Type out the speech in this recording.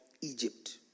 Egypt